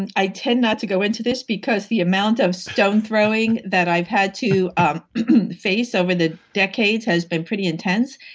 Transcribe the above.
and i tend not to go into this because the amount of stone throwing that i've had to um face over the decades has been pretty intense.